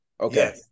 Okay